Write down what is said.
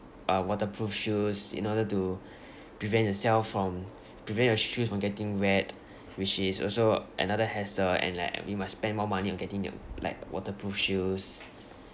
uh waterproof shoes in order to prevent yourself from prevent your shoes from getting wet which is also another hassle and like we must spend more money on getting the like waterproof shoes